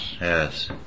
Yes